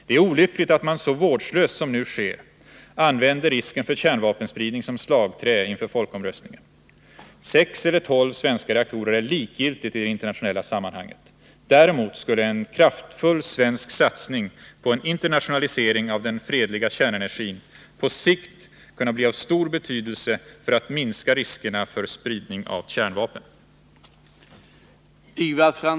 Det är olyckligt att man så vårdslöst som nu sker använder risken för kärnvapenspridning som slagträ inför folkomröstningen. Sex eller tolv svenska reaktorer är likgiltigt i det internationella sammanhanget. Däremot skulle en kraftfull svensk satsning på en internationalisering av den fredliga kärnenergin på sikt kunna bli av stor betydelse för att minska riskerna för spridning av kärnvapen.